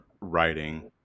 writing